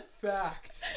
Fact